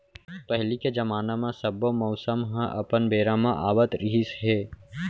पहिली के जमाना म सब्बो मउसम ह अपन बेरा म आवत रिहिस हे